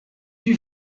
you